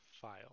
file